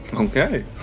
Okay